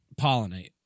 pollinate